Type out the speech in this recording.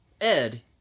Ed